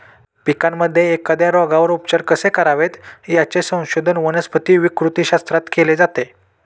पिकांमध्ये एखाद्या रोगावर उपचार कसे करावेत, याचे संशोधन वनस्पती विकृतीशास्त्रात केले जाते